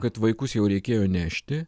kad vaikus jau reikėjo nešti